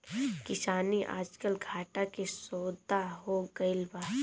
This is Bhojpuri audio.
किसानी आजकल घाटा के सौदा हो गइल बा